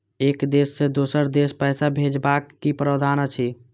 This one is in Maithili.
एक देश से दोसर देश पैसा भैजबाक कि प्रावधान अछि??